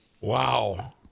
Wow